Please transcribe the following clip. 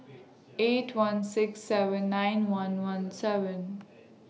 eight one six seven nine one one seven